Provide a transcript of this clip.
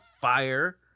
fire